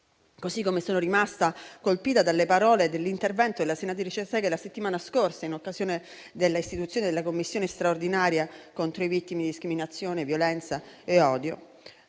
così come sono rimasta colpita dalle parole dell'intervento della senatrice Segre la settimana scorsa in occasione della istituzione della Commissione straordinaria contro i fenomeni di discriminazione, violenza e odio,